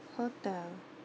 hotel